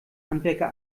handwerker